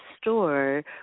store